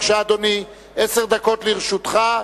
בבקשה, אדוני, עשר דקות לרשותך.